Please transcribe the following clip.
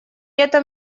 этом